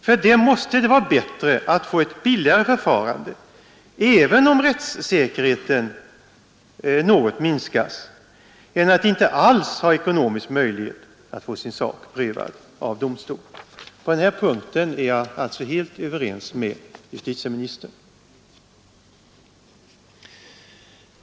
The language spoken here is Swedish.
För dem måste det vara bättre att få ett billigare förfarande, även om rättssäkerheten något minskas, än att inte alls ha ekonomisk möjlighet att få sin sak prövad av domstol. På den här punkten är jag alltså helt överens med justitieministern.